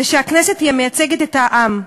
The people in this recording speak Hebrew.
ושהכנסת היא המייצגת את העם,